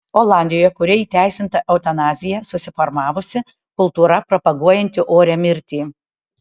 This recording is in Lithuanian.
olandijoje kurioje įteisinta eutanazija susiformavusi kultūra propaguojanti orią mirtį